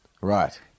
Right